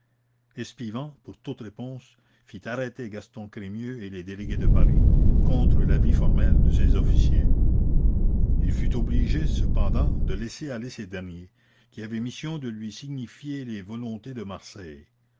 espivent pour toute réponse fit arrêter gaston crémieux et les délégués de paris contre l'avis formel de ses officiers la commune il fut obligé cependant de laisser aller ces derniers qui avaient mission de lui signifier les volontés de marseille